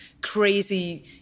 crazy